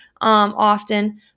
often